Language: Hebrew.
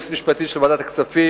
היועצת המשפטית של ועדת הכספים.